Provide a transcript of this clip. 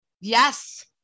Yes